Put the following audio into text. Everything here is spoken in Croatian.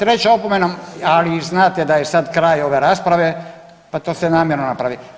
Treća opomena, ali znate da je sad kraj ove rasprave, pa to ste namjerno napravili.